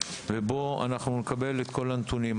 ואנחנו נקבל בו את כל הנתונים.